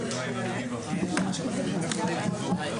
נעולה.